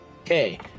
Okay